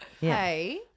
hey